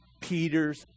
Peter's